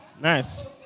Nice